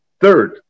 Third